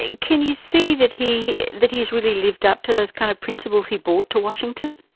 ah can you see that he that he has really lived up to those kind of principles he brought to washington?